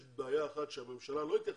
יש בעיה אחת שהממשלה לא התייחסה,